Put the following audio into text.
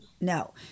No